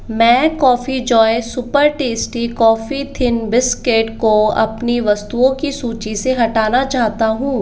मैं Coffee Joy super tasty coffee thin biscuit को अपनी वस्तुओं की सूची से हटाना चाहता हूँ